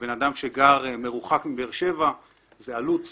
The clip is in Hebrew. ובן אדם שגר מרוחק מבאר שבע, זה אומר עלות זמן,